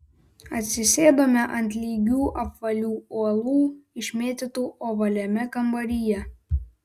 atsisėdome ant lygių apvalių uolų išmėtytų ovaliame kambaryje